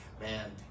Man